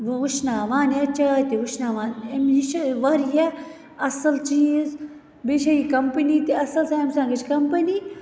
بہٕ وُشناوان یا چاے تہِ وُشناوان یہِ چھِ واریاہ اصٕل چیٖز بیٚیہِ چھِ یہِ کمپٔنی تہِ اصٕل سیمسَنگٕچ کمپٔنی